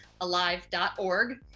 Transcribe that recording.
alive.org